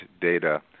data